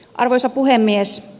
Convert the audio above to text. arvoisa puhemies